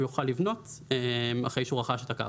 יוכל לבנות אחרי שהוא רכש את הקרקע.